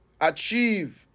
achieve